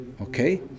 Okay